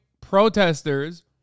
protesters